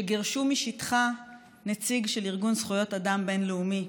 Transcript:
שגירשו משטחן נציג של ארגון זכויות אדם בין-לאומי,